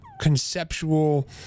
conceptual